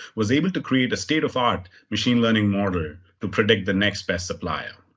was able to create a state of art machine learning model to predict the next best supplier.